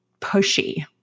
pushy